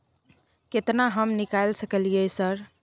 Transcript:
केतना हम निकाल सकलियै सर?